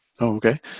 Okay